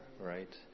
right